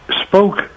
spoke